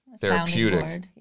therapeutic